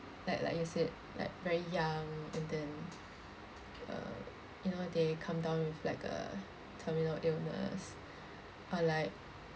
like like you said like very young and then uh you know they come down with like a terminal illness or like